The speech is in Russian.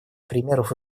примеров